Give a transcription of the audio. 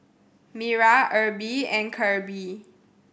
Mira Erby and Kirby